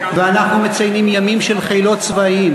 ואנחנו מציינים ימים של חילות צבאיים,